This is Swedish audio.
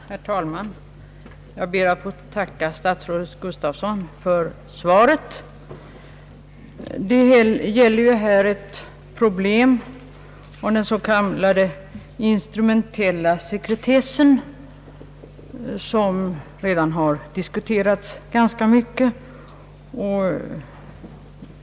Herr talman! Jag ber att få tacka statsrådet Gustafsson för svaret. Det gäller ju här den s.k. instrumentella sekretessen, som redan har diskuterats ganska mycket.